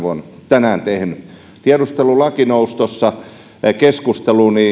tänään tehnyt tiedustelulaki nousi keskusteluun